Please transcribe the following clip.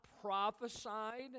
prophesied